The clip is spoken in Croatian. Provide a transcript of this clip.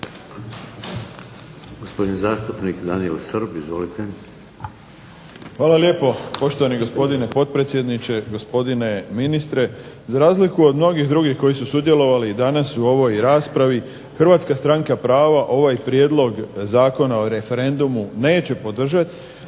Hvala lijepo. Poštovani gospodine potpredsjedniče, gospodine ministre. Za razliku od mnogih drugih koji su sudjelovali u ovoj današnjoj raspravi HSP ovaj prijedlog Zakona o referendumu neće podržati